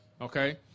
okay